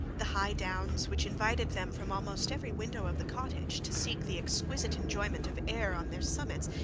the high downs which invited them from almost every window of the cottage to seek the exquisite enjoyment of air on their summits,